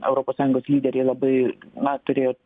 europos sąjungos lyderiai labai noa turėjo